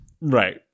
Right